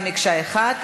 כמקשה אחת,